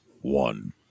One